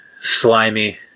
slimy